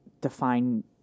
define